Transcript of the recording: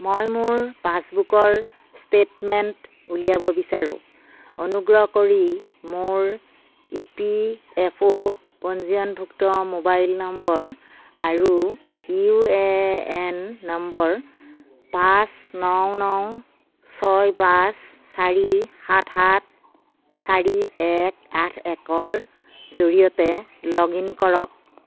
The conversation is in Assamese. মই মোৰ পাছবুকৰ ষ্টে'টমেণ্ট উলিয়াব বিচাৰোঁ অনুগ্ৰহ কৰি মোৰ ই পি এফ অ' পঞ্জীয়নভুক্ত মোবাইল নম্বৰ আৰু ইউ এ এন নম্বৰ পাঁচ ন ন ছয় পাঁচ চাৰি সাত সাত চাৰি এক আঠ একৰ জৰিয়তে লগইন কৰক